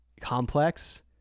complex